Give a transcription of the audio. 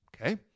okay